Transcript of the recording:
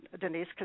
Denise